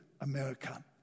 America